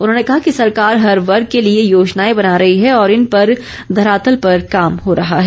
उन्होंने कहा कि सरकार हर वर्ग के लिए योजनाएं बना रही है और इन पर धरातल पर काम हो रहा है